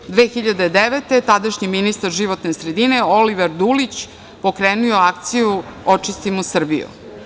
Godine 2009. tadašnji ministar životne sredine Oliver Dulić pokrenuo je akciju „Očistimo Srbiju“